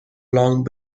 long